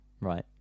right